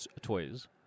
toys